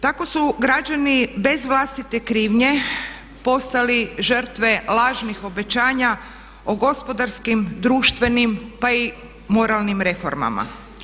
Tako su građani bez vlastite krivnje postali žrtve lažnih obećanja o gospodarskim, društvenim pa i moralnim reformama.